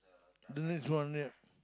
the next one yup